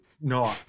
No